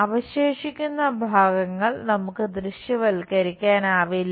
അവശേഷിക്കുന്ന ഭാഗങ്ങൾ നമുക്ക് ദൃശ്യവൽക്കരിക്കാനാവില്ല